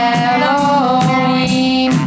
Halloween